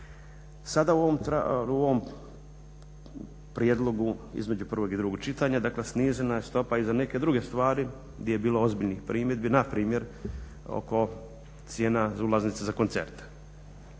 Sada u ovom prijedlogu između prvog i drugog čitanja, dakle snižena je stopa i za neke druge stvari gdje je bilo ozbiljnih primjedbi na primjer oko cijena ulaznica za koncerte.